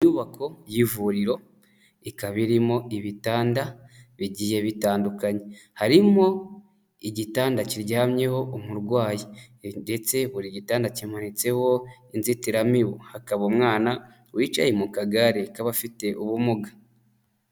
Inyubako y'ivuriro ikaba irimo ibitanda bigiye bitandukanye, harimo igitanda kiryamyeho umurwayi ndetse buri gitanda kimanitseho inzitiramibu hakaba umwana wicaye mu kagare k'abafite ubumuga.